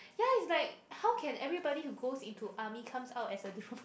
ya it's like how can everybody who goes into army comes out as a different